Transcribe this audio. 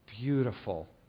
beautiful